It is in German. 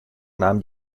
nahm